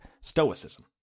Stoicism